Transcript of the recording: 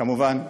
כמובן חברתית.